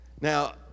Now